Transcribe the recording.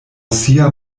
sia